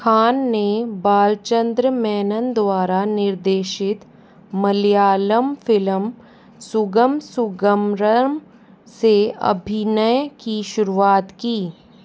खान ने बालचंद्र मेनन द्वारा निर्देशित मलयालम फिल्म सुगम सुगमरम से अभिनय की शुरुआत की